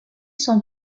son